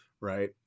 Right